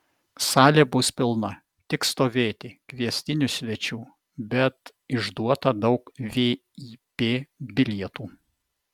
salė bus pilna tik stovėti kviestinių svečių bet išduota daug vip bilietų